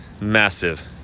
massive